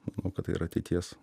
manau kad tai yra ateities